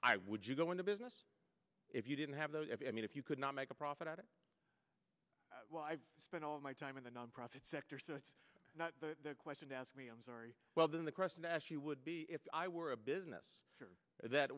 i would you go into business if you didn't have those if i mean if you could not make a profit out of well i spent all my time in the nonprofit sector so it's not a question to ask me i'm sorry well then the question to ask you would be if i were a business that